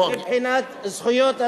אני לא, מבחינת זכויות אדם.